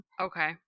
Okay